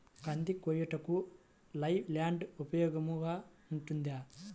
కంది కోయుటకు లై ల్యాండ్ ఉపయోగముగా ఉంటుందా?